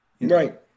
Right